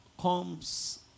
comes